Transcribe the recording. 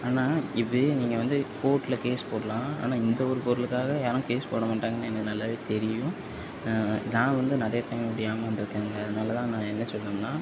ஆனால் இது நீங்கள் வந்து கோர்ட்டில் கேஸ் போடலாம் ஆனால் இந்த ஒரு பொருளுக்காக யாரும் கேஸ் போட மாட்டாங்கேன்னு எனக்கு நல்லாவே தெரியும் நான் வந்து நிறையா டைம் இப்படி ஏமாந்துருக்கேன்ல அதனால தான் நான் என்ன சொல்லுறேன்னா